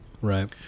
Right